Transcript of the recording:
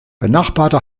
benachbarte